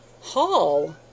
Hall